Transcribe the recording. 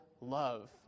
love